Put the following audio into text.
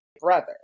brother